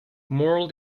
moral